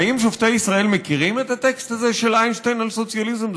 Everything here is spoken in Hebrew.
האם שופטי ישראל מכירים את הטקסט הזה של איינשטיין על סוציאליזם?